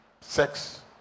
sex